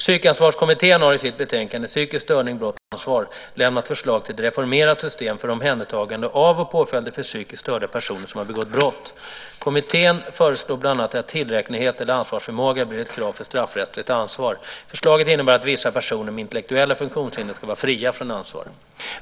Psykansvarskommittén har i sitt betänkande Psykisk störning, brott och ansvar lämnat förslag till ett reformerat system för omhändertagande av och påföljder för psykiskt störda personer som har begått brott. Kommittén föreslår bland annat att tillräknelighet eller ansvarsförmåga blir ett krav för straffrättsligt ansvar. Förslaget innebär att vissa personer med intellektuella funktionshinder ska vara fria från ansvar.